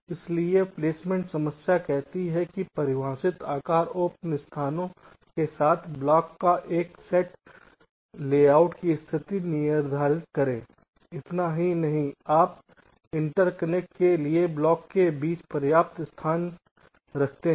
इसलिए प्लेसमेंट समस्या कहती है कि परिभाषित आकार और पिन स्थानों के साथ ब्लॉकों का एक सेट लेआउट की स्थिति निर्धारित करें इतना ही नहीं आप इंटरकनेक्ट के लिए ब्लॉक के बीच पर्याप्त जगह रखते हैं